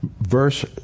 Verse